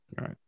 Right